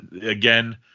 again